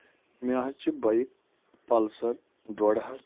مےٚ حظ چھِ بایک پلسر ڈوٚڈ ہَتھ